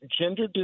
gender